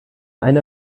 eine